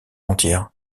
entière